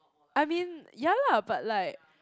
I mean ya lah but like